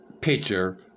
picture